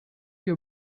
your